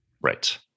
Right